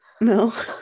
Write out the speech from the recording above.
No